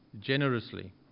generously